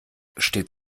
steht